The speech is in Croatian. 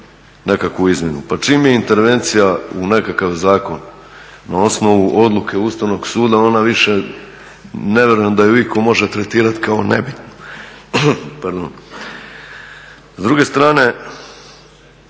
nekakvu izmjenu. Pa čim je intervencija u nekakav zakon na osnovu odluke Ustavnog suda, ona više, ne vjerujem da je itko može tretirati kao nebitnu. Pardon. S druge strane,